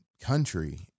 country